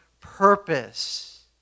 purpose